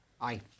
Aye